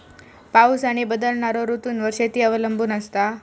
पाऊस आणि बदलणारो ऋतूंवर शेती अवलंबून असता